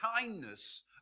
kindness